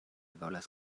volas